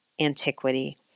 antiquity